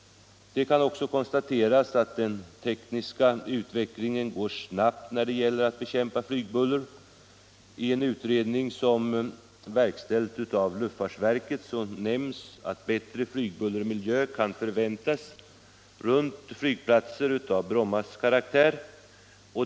Det kan också konstateras att den tekniska utvecklingen går snabbt när det gäller att bekämpa flygbuller. I en utredning som verkställts av luftfartsverket nämns att ”bättre flygbullermiljö kan förväntas runt flygplatser av Brommas karaktär”.